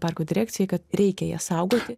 parko direkcijai kad reikia ją saugoti